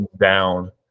down